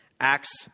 Acts